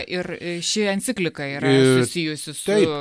ir ši enciklika yra susijusi su